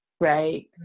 right